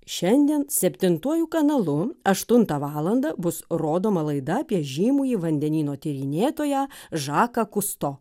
šiandien septintuoju kanalu aštuntą valandą bus rodoma laida apie žymųjį vandenyno tyrinėtoją žaką kusto